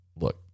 look